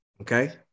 Okay